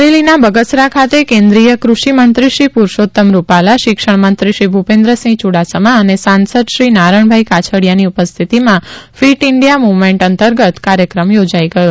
અમરેલીના બગસરા ખાતે કેન્દ્રીય કુષિમંત્રી શ્રી પુરુષોતમ રૂપાલા શિક્ષણમંત્રીશ્રી ભૂપેન્દ્રસિંહ યુડાસમા અને સાંસદ શ્રી નારણભાઈ કાછડિયાની ઉપસ્થિતિમાં ફિટ ઈન્ડિયા મુવમેન્ટ અંતર્ગત કાર્યક્રમ યોજાઈ ગયો